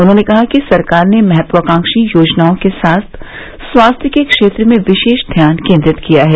उन्होंने कहा कि सरकार ने महत्वाकांक्षी योजनाओं के साथ स्वास्थ्य के क्षेत्र में विशेष ध्यान केनद्रित किया है